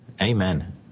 Amen